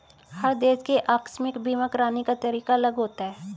हर देश के आकस्मिक बीमा कराने का तरीका अलग होता है